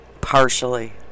Partially